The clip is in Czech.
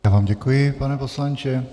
Já vám děkuji, pane poslanče.